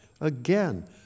Again